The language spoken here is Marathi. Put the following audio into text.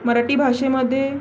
मराठी भाषेमध्ये